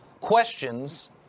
questions